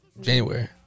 January